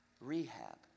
rehab